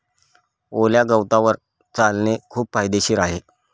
ओल्या गवतावर चालणे खूप फायदेशीर आहे